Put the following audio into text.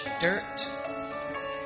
dirt